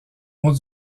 ont